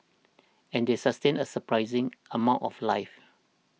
and they sustain a surprising amount of life